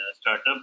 startup